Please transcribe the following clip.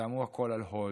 שמו הכול על hold,